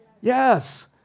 Yes